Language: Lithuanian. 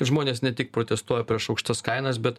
žmonės ne tik protestuoja prieš aukštas kainas bet